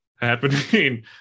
happening